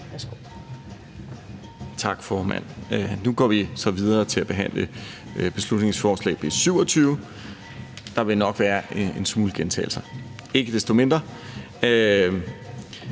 Tak, formand. Nu går vi så videre til at behandle beslutningsforslag nr. B 27 – der vil nok være en smule gentagelser. Ikke desto mindre